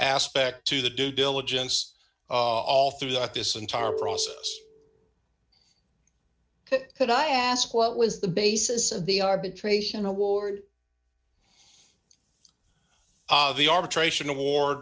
aspect to the due diligence all throughout this entire process could i ask what was the basis of the arbitration award the arbitration award